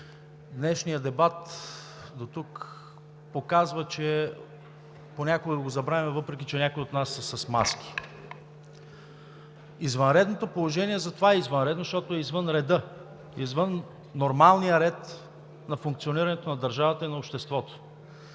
днешният дебат дотук показва, че понякога го забравяме, въпреки че някои от нас са с маски. Извънредното положение затова е извънредно, защото е извън реда, извън нормалния ред на функционирането на държавата и на обществото.